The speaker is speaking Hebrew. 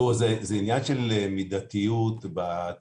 תראו, זה עניין של מידתיות בצעדים.